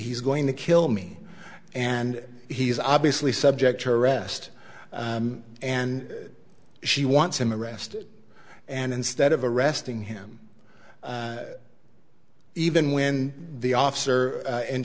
he's going to kill me and he's obviously subject to arrest and she wants him arrested and instead of arresting him even when the officer in